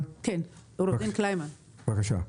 בבקשה.